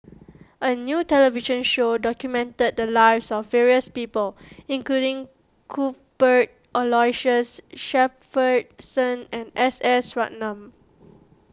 a new television show documented the lives of various people including Cuthbert Aloysius Shepherdson and S S Ratnam